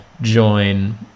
join